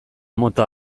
mota